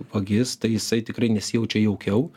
vagis tai jisai tikrai nesijaučia jaukiau